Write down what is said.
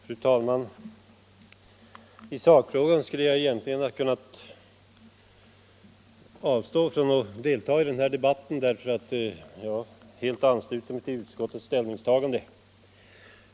Fru talman! I sakfrågan skulle jag egentligen ha kunnat avstå från att delta i den här debatten därför att jag helt ansluter mig till utskottsmajoritetens ställningstagande.